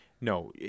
No